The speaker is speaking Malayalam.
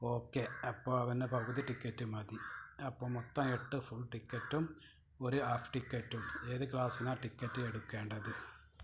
ഓക്കേ അപ്പോൾ അവന് പകുതി ടിക്കറ്റ് മതി അപ്പോൾ മൊത്തം എട്ട് ഫുൾ ടിക്കറ്റും ഒരു ഹാഫ് ടിക്കറ്റും ഏത് ക്ലാസ്സിനാ ടിക്കറ്റ് എടുക്കേണ്ടത്